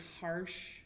harsh